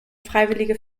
freiwillige